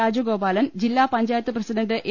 രാജഗോപാലൻ ജില്ലാപഞ്ചായത്ത് president A